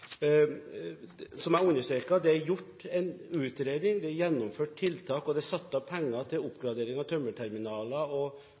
Som jeg understreket: Det er gjort en utredning, det er gjennomført tiltak, og det er satt av penger til oppgradering av tømmerterminaler og